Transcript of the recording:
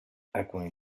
alcuni